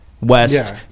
West